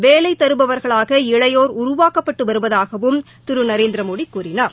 வேலைதருபவர்களாக இளையோர் உருவாக்கப்பட்டுவருவதாகவும் திருநரேந்திரமோடிகூறினார்